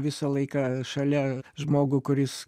visą laiką šalia žmogų kuris